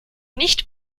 nicht